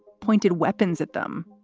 pointed weapons at them